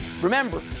remember